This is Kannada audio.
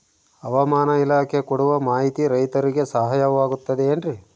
ಹವಮಾನ ಇಲಾಖೆ ಕೊಡುವ ಮಾಹಿತಿ ರೈತರಿಗೆ ಸಹಾಯವಾಗುತ್ತದೆ ಏನ್ರಿ?